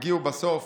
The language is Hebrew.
הגיעו בסוף,